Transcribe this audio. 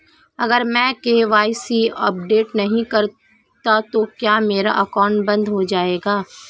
अगर मैं KYC update नहीं करता तो क्या मेरा अकाउंट बंद हो जाएगा?